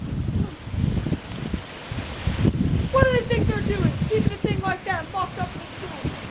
but what do they think they're doing keeping a thing like that locked up in the school?